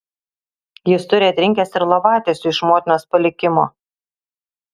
jis turi atrinkęs ir lovatiesių iš motinos palikimo